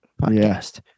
podcast